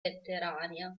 letteraria